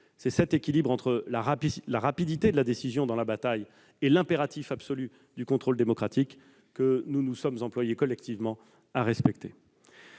C'est cet équilibre entre la rapidité de la décision dans la bataille et l'impératif absolu du contrôle démocratique que nous nous sommes employés collectivement à respecter.